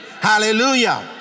Hallelujah